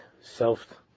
self